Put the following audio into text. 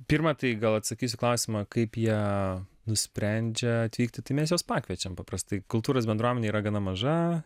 pirma tai gal atsakysiu į klausimą kaip jie nusprendžia atvykti tai mes juos pakviečiam paprastai kultūros bendruomenė yra gana maža